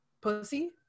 pussy